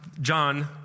John